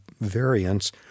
variants